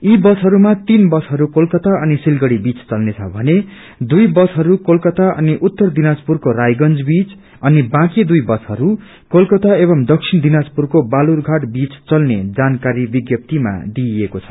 यी बसहरूमा तीन बसहरू कोलकाता अनि सिलेड़ी बीच चल्नेछ भने दुई बसहरू कोलकाता अनि उत्तरदिनाजपुरको रायगंज बीच अनि बाँकी दुई बसहरू कोलकाता एवं दक्षिण दिनाजपुरको बालुरघाट बीच चलाइनेछ जानकारी विज्ञप्तीमा बताइएको छ